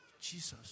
Jesus